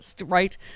right